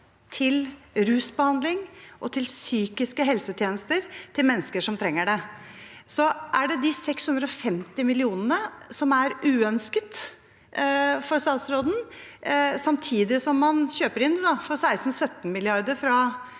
til rusbehandling og til psykiske helsetjenester til mennesker som trenger det. Er det de 650 millionene som er uønsket for statsråden, samtidig som man kjøper inn for 16 –17 mrd. kr fra